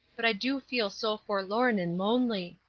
but i do feel so forlorn and lonely.